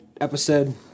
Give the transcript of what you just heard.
episode